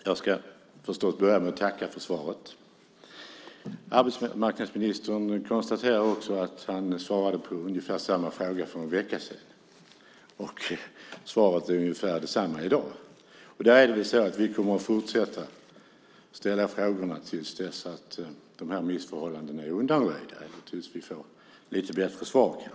Fru talman! Jag ska förstås börja med att tacka för svaret. Arbetsmarknadsministern konstaterar att han svarade på ungefär samma fråga som för en vecka sedan, och att svaret är ungefär detsamma i dag. Då är det väl så att vi kommer att fortsätta att ställa frågorna till dess att de här missförhållandena är undanröjda, eller kanske tills vi får lite bättre svar.